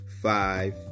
five